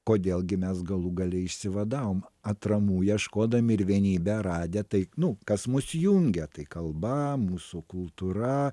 kodėl gi mes galų gale išsivadavom atramų ieškodami ir vienybę radę tai nu kas mus jungia tai kalba mūsų kultūra